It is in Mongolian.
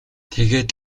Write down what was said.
тэгээд